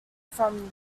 from